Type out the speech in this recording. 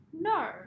no